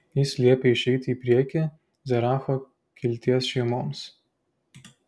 jis liepė išeiti į priekį zeracho kilties šeimoms